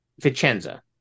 Vicenza